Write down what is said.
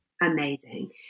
amazing